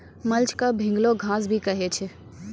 mulch क भींगलो घास भी कहै छै